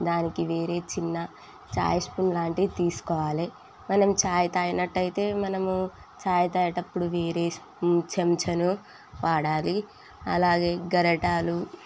దానికి వేరే చిన్న ఛాయ్ స్పూన్ లాంటిది తీసుకోవాలి మనం ఛాయ్ తాగినట్టయితే మనము ఛాయ్ తాగేటప్పుడు వేరే స్పూ చెంచాను వాడాలి అలాగే గరెటాలు